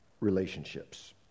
relationships